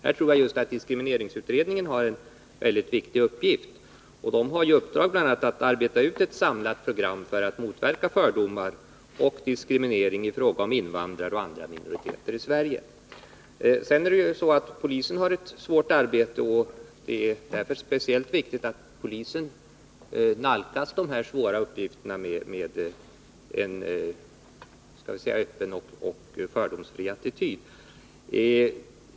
Här tror jag att diskrimineringsutredningen har en väldigt viktig uppgift. Den har bl.a. i uppdrag att utarbeta ett samlat program för att motverka fördomar och diskriminering i fråga om invandrare och andra minoriteter i Sverige. Sedan är det ju så att polisen har ett svårt arbete, och det är därför speciellt viktigt att polisen nalkas sina svåra uppgifter med en öppen och fördomsfri attityd.